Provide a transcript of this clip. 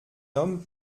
homme